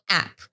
app，